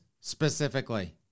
specifically